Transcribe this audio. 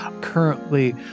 currently